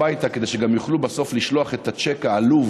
כדי שהם גם יוכלו בסוף לשלוח את הצ'ק העלוב